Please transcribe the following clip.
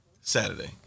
Saturday